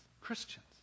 Christians